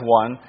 one